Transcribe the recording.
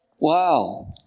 Wow